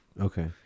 Okay